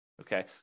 Okay